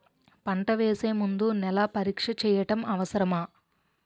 పంట వేసే ముందు నేల పరీక్ష చేయటం అవసరమా?